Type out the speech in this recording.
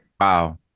Wow